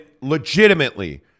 legitimately